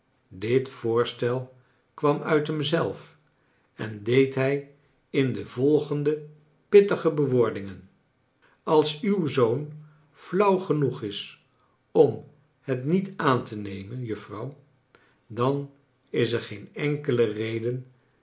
dit voorstel kwam uit hem zelf en deed hij in de volgende pittige bewoordingen als uw zoon flauw genoeg is om het niet aan te nemen juffrouw dan is er geen enkele reden